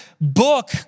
book